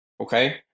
okay